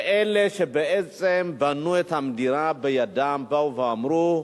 באלה שבעצם בנו את המדינה בידיהם, באו ואמרו,